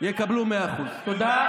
יקבלו 100%. תודה.